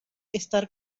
estar